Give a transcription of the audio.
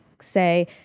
say